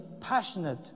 passionate